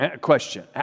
Question